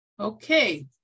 Okay